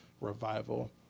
revival